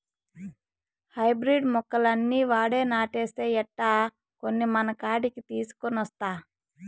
hybrid మొక్కలన్నీ ఆడే నాటేస్తే ఎట్టా, కొన్ని మనకాడికి తీసికొనొస్తా